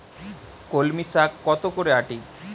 কলমি শাখ কত করে আঁটি?